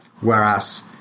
whereas